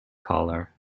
collar